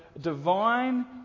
divine